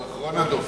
הוא אחרון הדוברים?